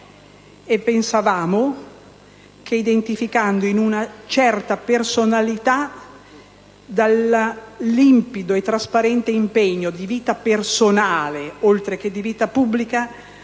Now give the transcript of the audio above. E pensavamo che identificando tale rinascita in una certa personalità dal limpido e trasparente impegno di vita personale, oltre che di vita pubblica,